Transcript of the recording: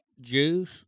juice